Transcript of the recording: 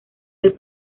del